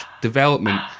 development